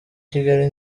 kigali